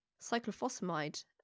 cyclophosphamide